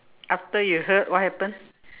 after you heard what happened